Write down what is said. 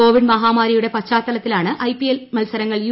Covid മഹാമാരിയുടെ പശ്ചാത്തലത്തിലാണ് IPL മത്സരങ്ങൾ യു